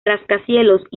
rascacielos